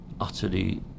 utterly